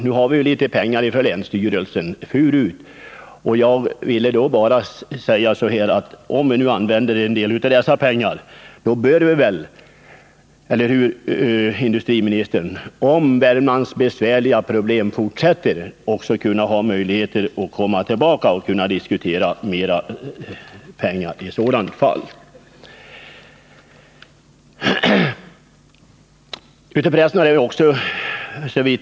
Vi har förut fått en del pengar till länsstyrelsen, men om Värmlands besvärliga problem fortsätter bör vi väl, herr industriminister, också kunna ha möjligheter att komma tillbaka och diskutera möjligheten att få mera pengar.